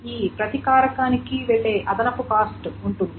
ఈ ప్రతి కారకానికి వెళ్ళే అదనపు కాస్ట్ ఉంటుంది